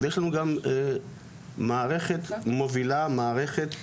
ויש לנו גם מערכת מובילה, מערכת מקבילה,